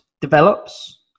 develops